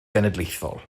genedlaethol